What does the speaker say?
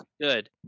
Good